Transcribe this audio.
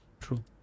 true